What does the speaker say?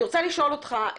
אני רוצה לשאול אותך,